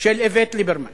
של איווט ליברמן